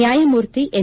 ನ್ವಾಯಮೂರ್ತಿ ಎನ್